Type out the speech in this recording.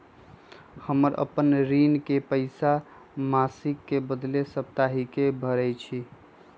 हम अपन ऋण के पइसा मासिक के बदले साप्ताहिके भरई छी